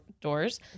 doors